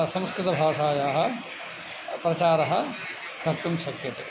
संस्कृतभाषायाः प्रचारः कर्तुं शक्यते